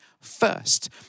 first